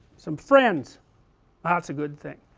some friends ah that's a good thing,